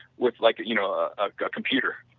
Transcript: which like you know ah ah got computer.